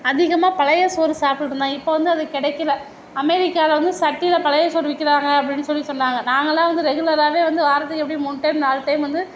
அதிகமாக பழைய சோறு சாப்புட்ருந்தாங்க இப்போ வந்து அது கிடைக்கில அமெரிக்காவில் வந்து சட்டியில் பழைய சோறு விற்கிறாங்க அப்படின்னு சொல்லி சொன்னாங்க நாங்கள்லாம் வந்து ரெகுலராகவே வந்து வாரத்துக்கு எப்படியும் மூணு டைம் நாலு டைம் வந்து